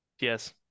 Yes